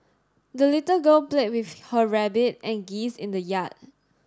the little girl played with her rabbit and geese in the yard